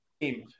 team